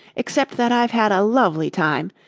except that i've had a lovely time.